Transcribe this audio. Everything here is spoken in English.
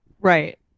right